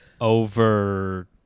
Over